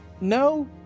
No